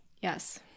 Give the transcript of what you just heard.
Yes